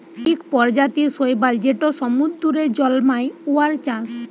ইক পরজাতির শৈবাল যেট সমুদ্দুরে জল্মায়, উয়ার চাষ